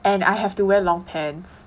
and I have to wear long pants